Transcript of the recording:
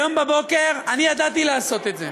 היום בבוקר אני ידעתי לעשות את זה.